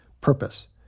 Purpose